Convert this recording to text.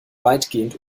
weitgehend